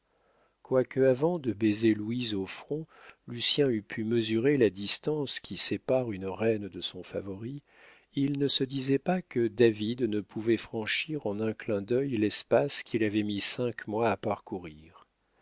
quoique avant de baiser louise au front lucien eût pu mesurer la distance qui sépare une reine de son favori il ne se disait pas que david ne pouvait franchir en un clin d'œil l'espace qu'il avait mis cinq mois à parcourir